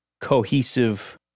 cohesive